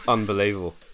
Unbelievable